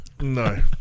No